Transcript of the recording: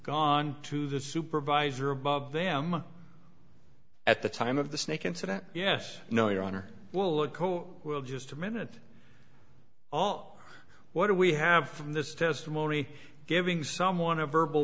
gone to the supervisor above them at the time of the snake incident yes no your honor well look oh well just a minute all what do we have from this testimony giving someone a verbal